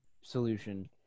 solution